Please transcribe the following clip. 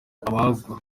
abagwa